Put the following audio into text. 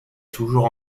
toujours